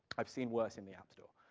i've seen worse in the app store.